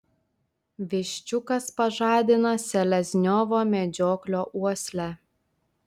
viščiukas pažadina selezniovo medžioklio uoslę